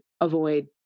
avoid